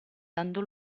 dando